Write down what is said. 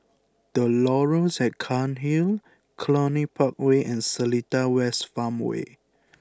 the Laurels at Cairnhill Cluny Park Way and Seletar West Farmway